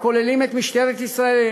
הכוללים את משטרת ישראל,